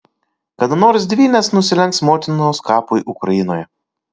kada nors dvynės nusilenks motinos kapui ukrainoje